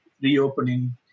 reopening